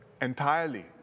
entirely